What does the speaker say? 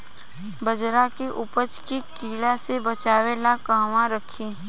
बाजरा के उपज के कीड़ा से बचाव ला कहवा रखीं?